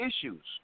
issues